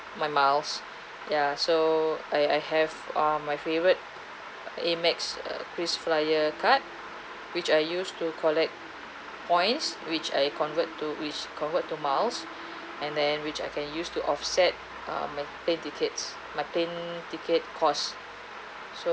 my miles ya so I I have uh my favourite Amex Krisflyer card which I used to collect points which I convert to which convert to miles and then which I can use to offset um my plane tickets my plane ticket costs so